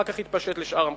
אחר כך התפשט לשאר המקומות.